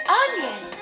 onion